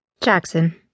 Jackson